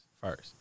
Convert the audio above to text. first